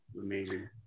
amazing